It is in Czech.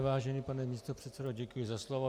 Vážený pane místopředsedo, děkuji za slovo.